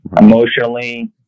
emotionally